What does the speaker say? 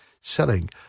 selling